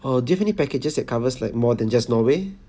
oh do you have any packages that covers like more than just norway